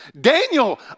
Daniel